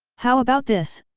how about this,